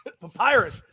Papyrus